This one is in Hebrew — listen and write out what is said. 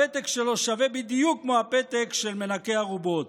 הפתק שלו שווה בדיוק כמו הפתק של מנקה ארובות.